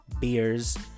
beers